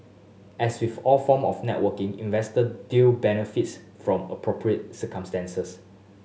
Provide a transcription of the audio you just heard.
as with all form of networking investor deal benefits from appropriate circumstances